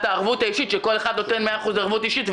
הערבות האישית שכל אחד נותן מאה אחוז ערבות אישית.